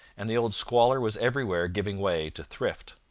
and the old squalor was everywhere giving way to thrift.